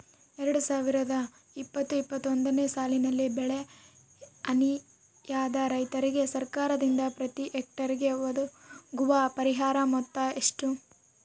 ಎರಡು ಸಾವಿರದ ಇಪ್ಪತ್ತು ಇಪ್ಪತ್ತೊಂದನೆ ಸಾಲಿನಲ್ಲಿ ಬೆಳೆ ಹಾನಿಯಾದ ರೈತರಿಗೆ ಸರ್ಕಾರದಿಂದ ಪ್ರತಿ ಹೆಕ್ಟರ್ ಗೆ ಒದಗುವ ಪರಿಹಾರ ಮೊತ್ತ ಎಷ್ಟು?